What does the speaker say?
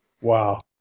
Wow